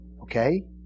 Okay